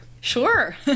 Sure